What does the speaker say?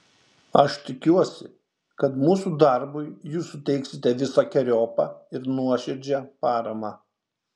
aš tikiuosi kad mūsų darbui jūs suteiksite visokeriopą ir nuoširdžią paramą